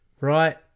right